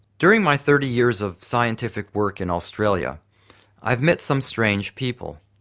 during my thirty years of scientific work in australia i have met some strange people,